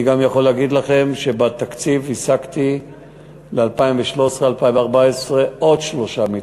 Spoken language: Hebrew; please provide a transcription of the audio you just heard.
אני גם יכול להגיד לכם שבתקציב השגתי ל-2013 2014 עוד שלושה מתחמים,